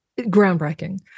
groundbreaking